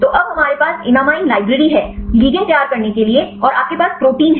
तो अब हमारे पास एनमाइन लाइब्रेरी है लिगेंड तैयार करने के लिए और आपके पास प्रोटीन है